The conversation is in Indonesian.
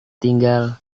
tinggal